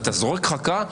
אתה זורק חכה,